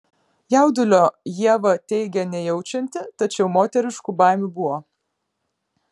jaudulio ieva teigė nejaučianti tačiau moteriškų baimių buvo